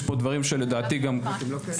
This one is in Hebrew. יש פה דברים שלדעתי גם גובלים,